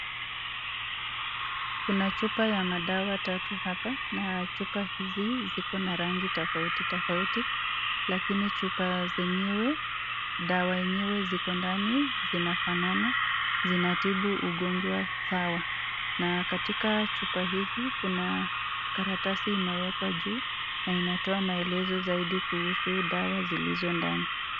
Kuna chupa ya madawa tatu hapa, na chupa hizi ziko na rangi tofautitofauti, lakini chupa zenyewe, dawa zenyewe ziko ndani, zinafanana, zinatibu ugonjwa sawa na katika chupa hizi, kuna karatasi imewekwa juu na inatoa maelezo zaidi kuhusu dawa zilizo ndani.